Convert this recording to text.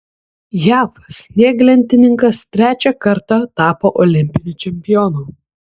jav snieglentininkas trečią kartą tapo olimpiniu čempionu